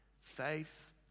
Faith